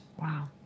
Wow